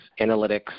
analytics